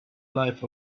life